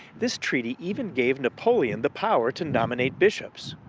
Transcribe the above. this treaty even gave napoleon the power to nominate bishops.